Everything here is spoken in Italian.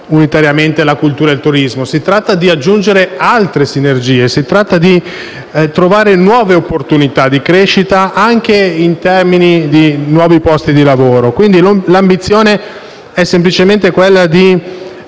unitariamente la cultura e il turismo. Si tratta di aggiungere altre sinergie; si tratta di trovare nuove opportunità di crescita, anche in termini di nuovi posti di lavoro. Quindi l'ambizione è semplicemente quella di